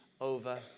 over